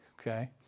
okay